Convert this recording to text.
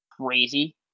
crazy